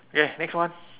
okay next one